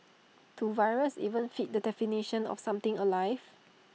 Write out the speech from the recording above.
do viruses even fit the definition of something alive